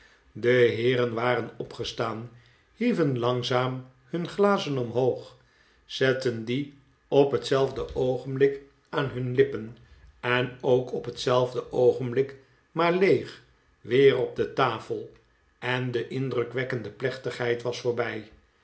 de heeren waren opgestaan hie ven langzaam hiin glazen omhoog zetten die op hetzelide oogenblik aan hun lippen en ook op hetzelfde oogenblik maar leeg weer op de tafel en de indrukwekkende plechtigheid was voorbij